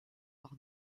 par